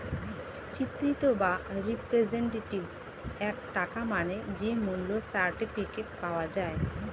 চিত্রিত বা রিপ্রেজেন্টেটিভ টাকা মানে যে মূল্য সার্টিফিকেট পাওয়া যায়